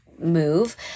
move